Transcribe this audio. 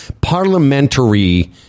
parliamentary